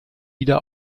wieder